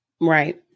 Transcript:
Right